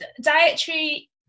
dietary